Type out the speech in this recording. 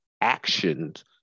actions